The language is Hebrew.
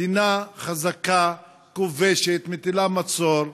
מדינה חזקה, כובשת, מטילה מצור,